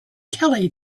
kelly